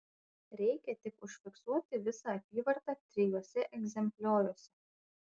reikia tik užfiksuoti visą apyvartą trijuose egzemplioriuose